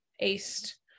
east